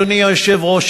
אדוני היושב-ראש,